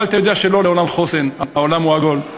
אבל אתה יודע שלא לעולם חוסן, העולם הוא עגול.